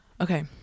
Okay